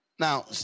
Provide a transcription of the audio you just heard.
Now